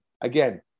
again